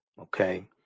Okay